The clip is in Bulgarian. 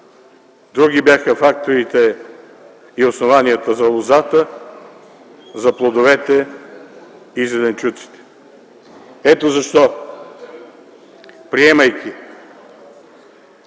други бяха факторите и основанията за лозата, за плодовете и зеленчуците. Ето защо, приемайки,